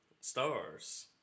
stars